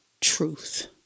truth